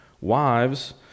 Wives